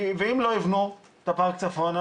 כי ואם לא יבנו את הפארק צפונה?